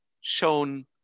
shown